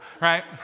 right